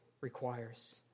requires